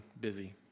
busy